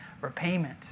repayment